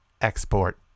export